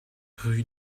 rue